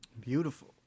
Beautiful